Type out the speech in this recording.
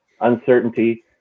uncertainty